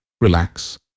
relax